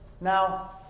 Now